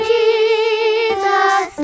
Jesus